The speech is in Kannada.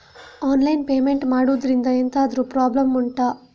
ಆನ್ಲೈನ್ ಪೇಮೆಂಟ್ ಮಾಡುದ್ರಿಂದ ಎಂತಾದ್ರೂ ಪ್ರಾಬ್ಲಮ್ ಉಂಟಾ